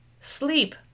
Sleep